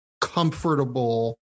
comfortable